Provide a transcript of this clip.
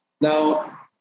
Now